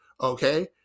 okay